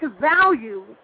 value